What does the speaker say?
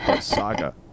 saga